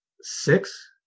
Six